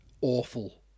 Awful